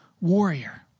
warrior